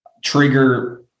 trigger